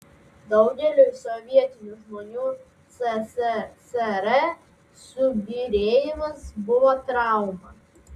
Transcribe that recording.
daugeliui sovietinių žmonių sssr subyrėjimas buvo trauma